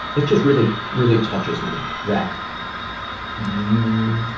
it just really, really touches me that you